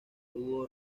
dúo